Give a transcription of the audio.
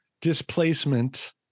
displacement